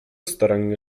starannie